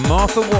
Martha